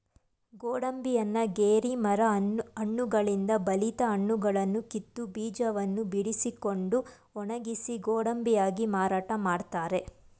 ಗೋಡಂಬಿಯನ್ನ ಗೇರಿ ಮರ ಹಣ್ಣುಗಳಿಂದ ಬಲಿತ ಹಣ್ಣುಗಳನ್ನು ಕಿತ್ತು, ಬೀಜವನ್ನು ಬಿಡಿಸಿಕೊಂಡು ಒಣಗಿಸಿ ಗೋಡಂಬಿಯಾಗಿ ಮಾರಾಟ ಮಾಡ್ತರೆ